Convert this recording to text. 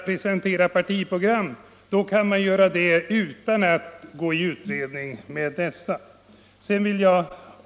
Presentera partiprogram kan man göra utan att gå in i en utredning.